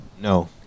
No